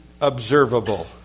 observable